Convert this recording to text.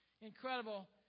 incredible